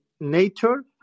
nature